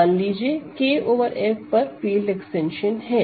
मान लीजिए K over F पर फील्ड एक्सटेंशन है